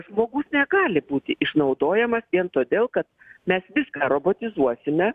žmogus negali būti išnaudojamas vien todėl kad mes viską robotizuosime